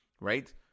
Right